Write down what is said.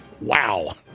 Wow